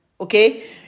Okay